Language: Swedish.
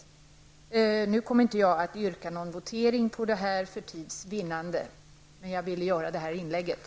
För tids vinnande kommer jag inte att begära votering på den här punkten. Jag ville dock göra det här inlägget.